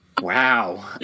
Wow